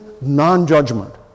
non-judgment